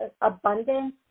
abundance